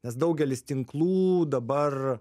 nes daugelis tinklų dabar